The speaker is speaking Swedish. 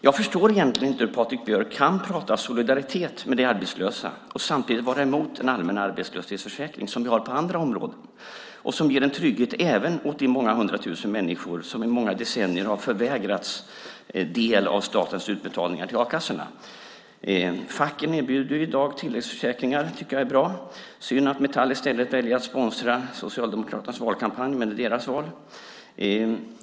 Jag förstår inte hur Patrik Björck kan prata om solidaritet med de arbetslösa och samtidigt vara emot en allmän arbetslöshetsförsäkring, som vi ju har på andra områden och som ger en trygghet även åt de många hundratusentals människor som i många decennier har förvägrats del i statens utbetalningar till a-kassorna. Facken erbjuder i dag tilläggsförsäkringar. Det tycker jag är bra. Det är synd att Metall väljer att i stället sponsra Socialdemokraternas valkampanj, men det är deras val.